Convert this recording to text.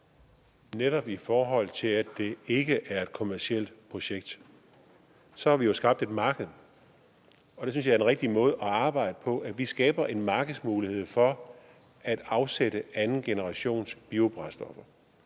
Netop i forhold til at det ikke er et kommercielt projekt, har vi jo skabt et marked, og det synes jeg er den rigtige måde at arbejde på, nemlig at vi skaber en markedsmulighed for at afsætte andengenerationsbiobrændstoffer.